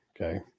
Okay